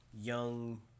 young